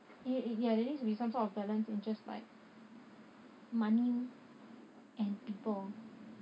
ye~ ya there needs to be some sort of balance in just like money and people